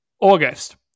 August